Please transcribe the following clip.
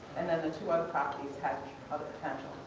and then the two other properties had other potential.